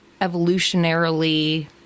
evolutionarily